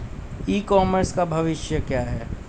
ई commerce का भविष्य क्या है?